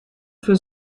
für